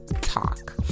talk